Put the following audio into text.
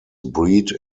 breed